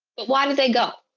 but why did they go